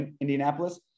Indianapolis